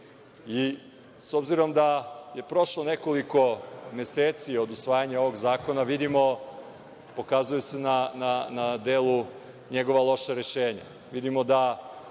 S obzirom da je prošlo nekoliko meseci od usvajanja ovog zakona, vidimo, pokazuju se na delu njegova loša rešenja.